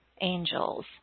angels